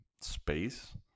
space